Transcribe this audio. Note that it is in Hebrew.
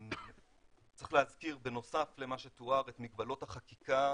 צריך להזכיר בנוסף למה שתואר את מגבלות החקיקה